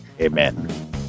Amen